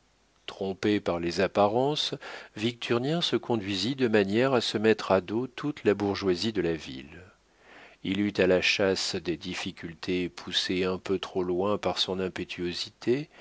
trompé par les apparences victurnien se conduisit de manière à se mettre à dos toute la bourgeoisie de la ville il eut à la chasse des difficultés poussées un peu trop loin par son impétuosité